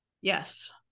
Yes